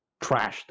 trashed